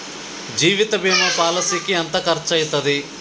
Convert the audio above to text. జీవిత బీమా పాలసీకి ఎంత ఖర్చయితది?